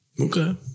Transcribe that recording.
Okay